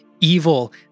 evil